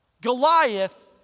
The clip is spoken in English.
Goliath